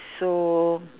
so